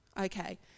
Okay